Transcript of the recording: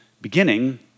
beginning